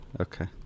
Okay